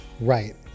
Right